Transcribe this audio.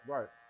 Right